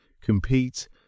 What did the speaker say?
compete